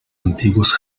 antiguos